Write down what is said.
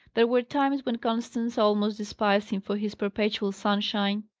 there were times when constance almost despised him for his perpetual sunshine.